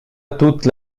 toute